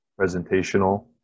presentational